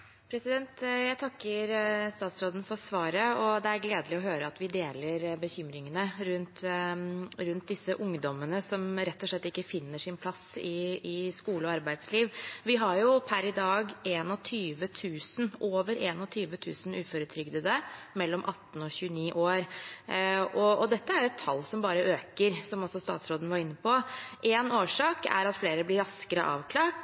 Jeg takker statsråden for svaret. Det er gledelig å høre at vi deler bekymringene rundt disse ungdommene som rett og slett ikke finner sin plass i skole og arbeidsliv. Vi har per i dag over 21 000 uføretrygdede mellom 18 og 29 år, og dette er et tall som bare øker, som også statsråden var inne på. Én årsak er at flere blir raskere avklart,